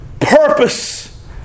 purpose